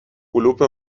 کلوپ